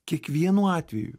kiekvienu atveju